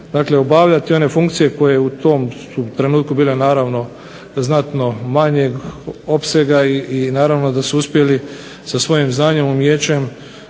je obavljati one funkcije koje u tom trenutku su bile naravno znatno manjeg opsega i naravno da su uspjeli sa svojim znanjem, umijećem